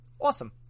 Awesome